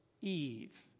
Eve